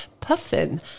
Puffin